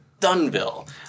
Dunville